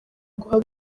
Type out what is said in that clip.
guha